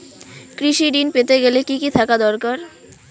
কৃষিঋণ পেতে গেলে কি কি থাকা দরকার?